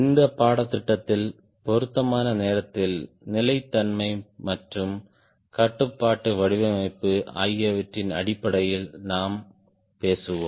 இந்த பாடத்திட்டத்தில் பொருத்தமான நேரத்தில் நிலைத்தன்மை மற்றும் கட்டுப்பாட்டு வடிவமைப்பு ஆகியவற்றின் அடிப்படையில் நாம் பேசுவோம்